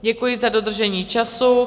Děkuji za dodržení času.